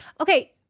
Okay